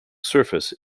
surface